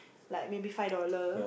like maybe five dollar